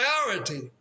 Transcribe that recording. priority